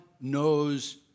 knows